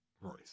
Royce